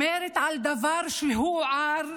אומרת על דבר שהוא "עאר",